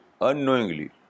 unknowingly